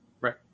Right